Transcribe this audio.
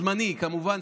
זמני כמובן.